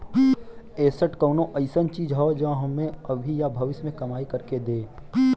asset कउनो अइसन चीज हौ जौन हमें अभी या भविष्य में कमाई कर के दे